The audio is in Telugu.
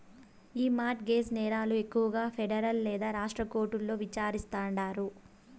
ఈ మార్ట్ గేజ్ నేరాలు ఎక్కువగా పెడరల్ లేదా రాష్ట్ర కోర్టుల్ల విచారిస్తాండారు